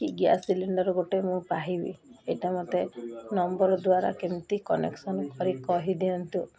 କି gas cylinder ଗୋଟେ ମୁଁ ପାଇବି ଏଇଟା ମୋତେ ନମ୍ବର ଦ୍ୱାରା କେମିତି କନେକ୍ସନ କରି କହିଦିଅନ୍ତୁ